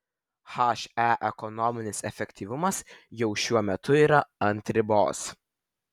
he ekonominis efektyvumas jau šiuo metu yra ant ribos